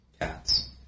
cats